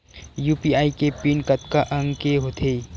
UPI के PIN कतका अंक के होथे?